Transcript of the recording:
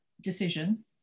decision